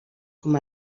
com